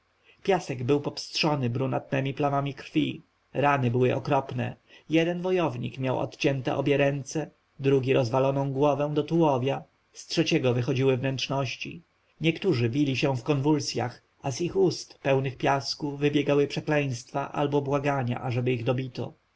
piasek był popstrzony brunatnemi plamami krwi rany były okropne jeden wojownik miał odcięte obie ręce drugi rozwaloną głowę do tułowia z trzeciego wychodziły wnętrzności niektórzy wili się w konwulsjach a z ich ust pełnych piasku wybiegały przekleństwa albo błagania ażeby ich dobito